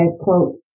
quote